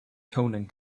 toning